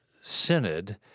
synod